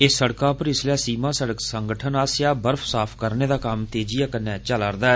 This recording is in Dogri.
इस सड़का पर इसलै सीमा सड़क संगठन आस्सेआ बर्फ साफ करने दा कम्म तेजिया कन्नै कीता जा'रदा ऐ